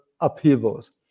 upheavals